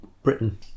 Britain